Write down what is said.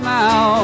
now